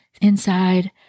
inside